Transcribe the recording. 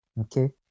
okay